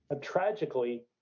Tragically